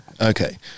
Okay